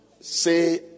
Say